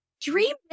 dream